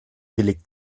billig